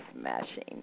smashing